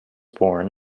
born